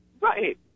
Right